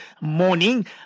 morning